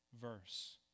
verse